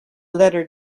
letter